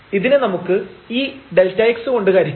ഇതിനെ നമുക്ക് ഈ Δx കൊണ്ട് ഹരിക്കാം